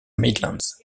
midlands